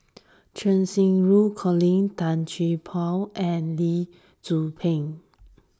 Cheng Xinru Colin Tan Gee Paw and Lee Tzu Pheng